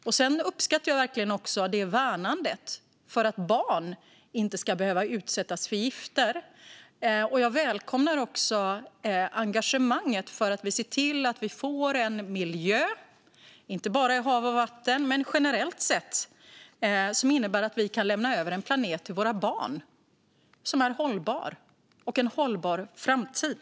Jag uppskattar verkligen värnandet om att barn inte ska behöva utsättas för gifter, och jag välkomnar också engagemanget för att vi ska se till att få en miljö, inte bara i hav och vatten utan generellt sett, som innebär att vi kan lämna över en planet till våra barn som är hållbar och en hållbar framtid.